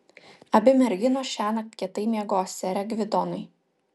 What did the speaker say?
abi merginos šiąnakt kietai miegos sere gvidonai